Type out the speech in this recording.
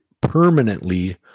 permanently